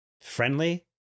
friendly